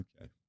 Okay